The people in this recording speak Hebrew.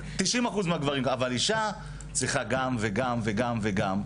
אבל אישה צריכה גם וגם וגם וגם,